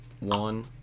One